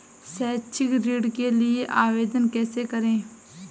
शैक्षिक ऋण के लिए आवेदन कैसे करें?